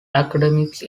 academics